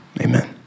Amen